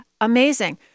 amazing